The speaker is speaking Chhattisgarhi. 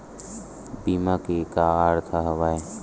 बीमा के का अर्थ हवय?